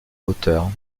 hauteur